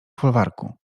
folwarku